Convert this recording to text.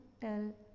tell